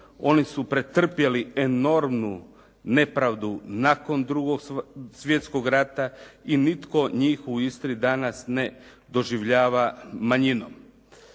Oni su pretrpjeli enormnu nepravdu nakon drugog svjetskog rata, i nitko njih u Istri danas ne doživljava manjinom.